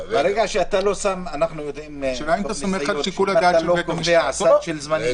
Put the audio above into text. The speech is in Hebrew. אנחנו יודעים מניסיון שברגע שאתה לא קובע לוח זמנים,